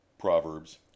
Proverbs